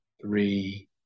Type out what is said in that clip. three